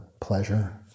pleasure